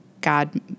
God